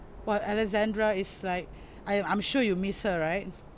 !wah! alexandra is like I I'm sure you miss her right